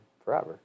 forever